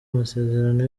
amasezerano